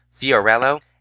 Fiorello